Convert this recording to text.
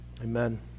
Amen